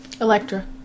Electra